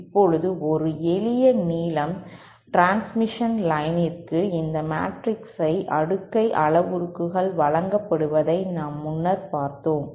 இப்போது ஒரு எளிய நீள டிரான்ஸ்மிஷன் லைனிற்கு இந்த மேட்ரிக்ஸால் அடுக்கை அளவுருக்கள் வழங்கப்படுவதை நாம் முன்னர் பார்த்தோம்